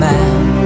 man